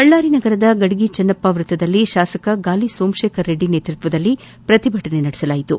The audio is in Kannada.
ಬಳ್ಳಾರಿ ನಗರದ ಗಡಿಗಿ ಚೆನ್ನಪ್ಪ ವೃತ್ತದಲ್ಲಿ ಶಾಸಕ ಗಾಲಿ ಸೋಮಶೇಖರ ರೆಡ್ಡಿ ನೇತ್ರತ್ವದಲ್ಲಿ ಪ್ರತಿಭಟನೆ ನಡೆಸಲಾಯಿತು